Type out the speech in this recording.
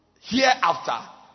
hereafter